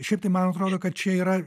šiaip tai man atrodo kad čia yra